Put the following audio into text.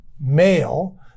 male